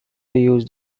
used